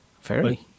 fairly